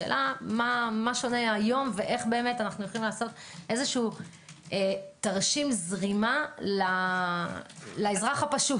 השאלה מה שונה היום ואיך אנו יכולים לעשות תרשים זרימה לאזרח הפשוט.